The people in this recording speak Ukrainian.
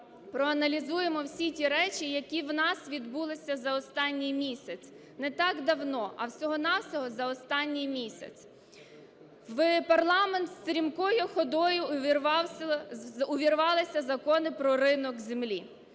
проаналізуємо всі ті речі, які у нас відбулися за останній місяць. Не так давно, а всього-на-всього за останній місяць в парламент стрімкою ходою увірвалися Закони про ринок землі.